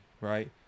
right